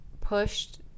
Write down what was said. pushed